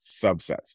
subsets